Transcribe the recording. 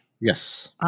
Yes